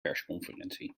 persconferentie